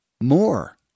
more